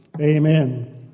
Amen